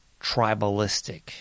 tribalistic